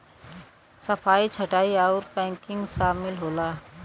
सफाई छंटाई आउर पैकिंग सामिल होला